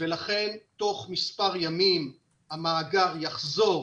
לכן תוך מספר ימים המאגר יחזור